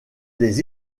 des